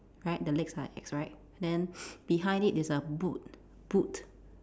right the legs like axe right then behind it is a boot boot